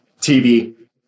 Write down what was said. TV